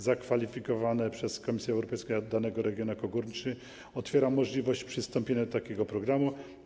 Zakwalifikowanie przez Komisję Europejską danego regionu jako region górniczy otwiera możliwość przystąpienia do takiego programu.